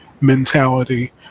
mentality